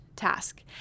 task